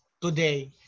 today